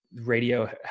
radio